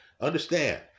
Understand